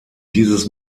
dieses